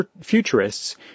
futurists